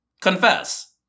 Confess